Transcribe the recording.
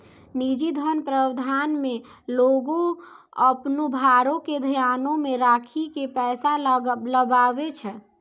निजी धन प्रबंधन मे लोगें अपनो भारो के ध्यानो मे राखि के पैसा लगाबै छै